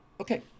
Okay